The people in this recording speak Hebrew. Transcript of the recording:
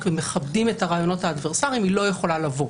ומכבדים את הרעיונות האדברסריים היא לא יכולה לבוא.